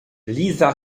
liza